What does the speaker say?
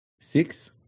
six